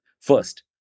First